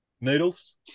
Needles